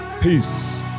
Peace